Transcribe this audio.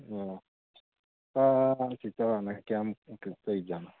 ꯑꯣ ꯆꯥꯎꯔꯥꯛꯅ ꯀꯌꯥꯃꯨꯛꯀ ꯂꯩꯖꯥꯠꯅꯣ